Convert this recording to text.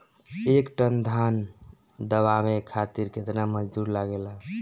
एक टन धान दवावे खातीर केतना मजदुर लागेला?